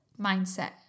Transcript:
mindset